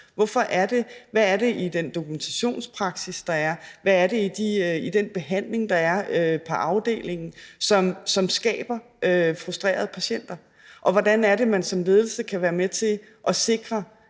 Hvad er det i den dokumentationspraksis, der er, hvad er det i den behandling, der er på afdelingen, som skaber frustrerede patienter, og hvordan er det, man som ledelse kan være med til at sikre,